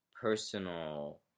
personal